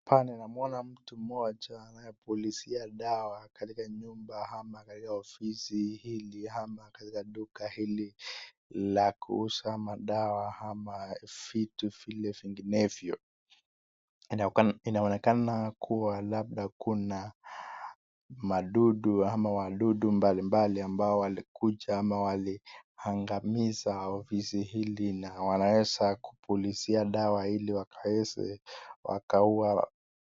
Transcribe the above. Hapa ninamuona mtu mmoja anayepulizia dawa katika nyumba ama katika ofisi hili ama katika duka hili la kuuza madawa ama vitu vile vinginevyo. Inaonekana kuwa labda kuna madudu ama wadudu mbalimbali ambao walikuja ama waliangamiza ofisi hili na wanaweza kupulizia dawa ili wakaweze wakaua.